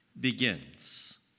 begins